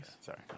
Sorry